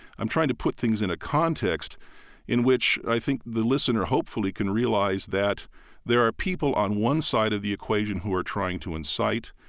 i'm trying to put things in a context in which, i think, the listener hopefully can realize that there are people on one side of the equation who are trying to incite,